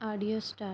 audio start